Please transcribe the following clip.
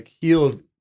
healed